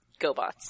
Gobots